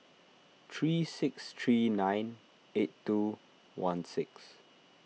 three six three nine eight two one six